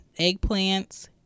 eggplants